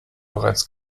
bereits